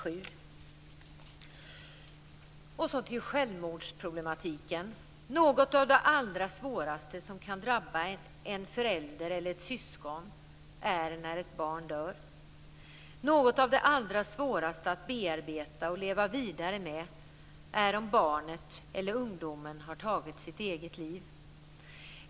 Så går jag över till självmordsproblematiken. Något av det allra svåraste som kan drabba en förälder eller ett syskon är att ett barn dör. Något av det allra svåraste att bearbeta och leva vidare med är om barnet eller ungdomen har tagit sitt eget liv.